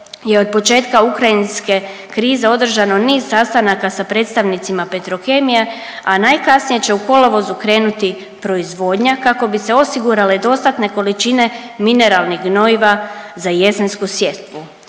je od početka ukrajinske krize održano niz sastanaka sa predstavnicima Petrokemije, a najkasnije će u kolovozu krenuti proizvodnja kako bi se osigurale dostatne količine mineralnih gnojiva za jesensku sjetvu.